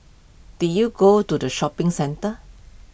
did you go to the shopping centre